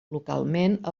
localment